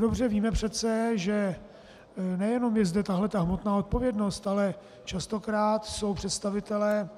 Dobře víme přece, že nejenom je zde hmotná odpovědnost, ale častokrát jsou představitelé